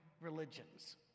religions